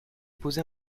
posé